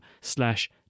slash